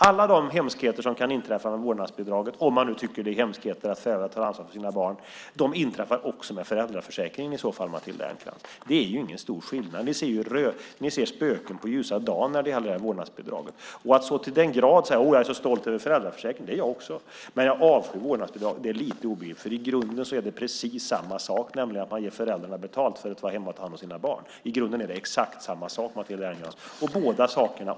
Alla de hemskheter som kan inträffa med vårdnadsbidraget - om man nu tycker att det är hemskheter att föräldrar tar ansvar för sina barn - inträffar i så fall också med föräldraförsäkringen, Matilda Ernkrans. Det är ingen stor skillnad. Ni ser spöken på ljusan dag när det gäller vårdnadsbidraget. Det är lite obegripligt att så till den grad säga: Å, jag är så stolt över föräldraförsäkringen - det är jag också - men jag avskyr vårdnadsbidraget. I grunden är det precis samma sak, nämligen att man ger föräldrarna betalt för att vara hemma och ta hand om sina barn. I grunden är det exakt samma sak, Matilda Ernkrans.